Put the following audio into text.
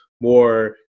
more